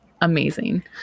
amazing